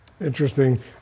Interesting